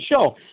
show